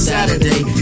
Saturday